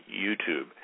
YouTube